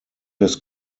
his